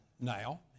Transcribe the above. now